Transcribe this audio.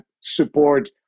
support